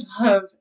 love